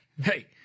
Hey